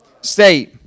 state